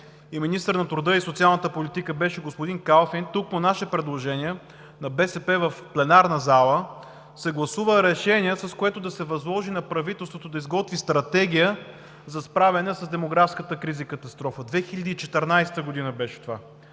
и министър на труда и социалната политика беше господин Калфин, тук, по наше предложение на БСП, в пленарната зала се гласува решение, с което да се възложи на правителството да изготви стратегия за справяне с демографската криза и катастрофа – 2014 г. беше това.